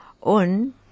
Und